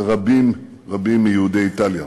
ורבים רבים מיהודי איטליה.